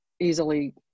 easily